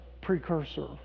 precursor